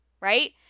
right